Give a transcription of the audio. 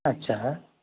अच्छा